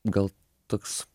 gal toks